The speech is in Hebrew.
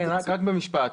רק משפט.